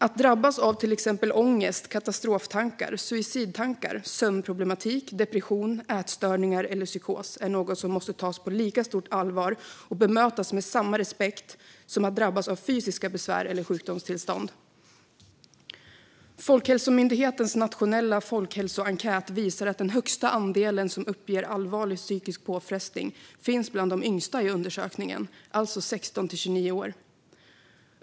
Att drabbas av till exempel ångest, katastroftankar, suicidtankar, sömnproblematik, depression, ätstörningar eller psykos är något som måste tas på lika stort allvar och bemötas med samma respekt som att drabbas av fysiska besvär eller sjukdomstillstånd. Folkhälsomyndighetens nationella folkhälsoenkät visar att den högsta andelen som uppger allvarlig psykisk påfrestning finns bland de yngsta i undersökningen, alltså 16-29 år.